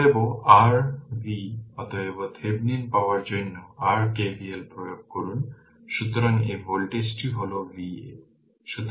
অতএব r V অতএব Thevenin পাওয়ার জন্য r KVL প্রয়োগ করুন। সুতরাং এই ভোল্টেজটি হল Va